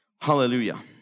hallelujah